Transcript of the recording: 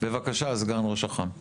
סגן ראש אח״מ, בבקשה.